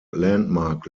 landmark